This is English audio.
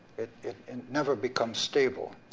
it never becomes stable.